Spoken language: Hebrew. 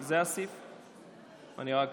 אני רק